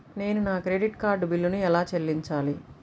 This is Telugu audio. నేను నా క్రెడిట్ కార్డ్ బిల్లును ఎలా చెల్లించాలీ?